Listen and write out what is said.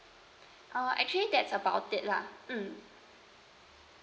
uh actually that's about it lah mm